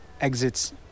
exits